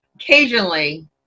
occasionally